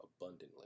abundantly